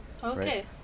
okay